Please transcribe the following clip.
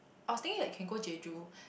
I was thinking that can go Jeju